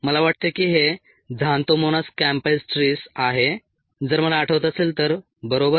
मला वाटतं की हे झांथोमोनाज कॅम्पेस्ट्रिस आहे जर मला आठवत असेल तरबरोबर